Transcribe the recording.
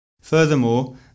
Furthermore